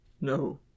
No